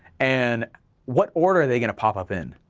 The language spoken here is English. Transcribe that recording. and what order are they gonna pop up in?